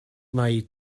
mae